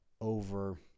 over